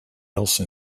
else